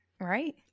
right